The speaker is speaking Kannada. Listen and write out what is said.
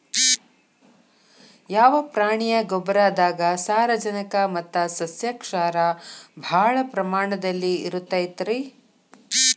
ಯಾವ ಪ್ರಾಣಿಯ ಗೊಬ್ಬರದಾಗ ಸಾರಜನಕ ಮತ್ತ ಸಸ್ಯಕ್ಷಾರ ಭಾಳ ಪ್ರಮಾಣದಲ್ಲಿ ಇರುತೈತರೇ?